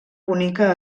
bonica